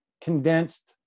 condensed